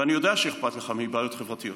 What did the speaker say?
ואני יודע שאכפת לך מבעיות חברתיות.